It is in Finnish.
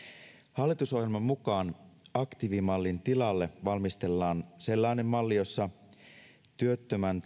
hallitusohjelman mukaan aktiivimallin tilalle valmistellaan sellainen malli jossa työttömän